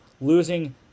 losing